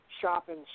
shopping